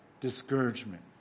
discouragement